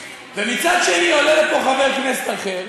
ומצד שני עולה לפה חבר כנסת אחר,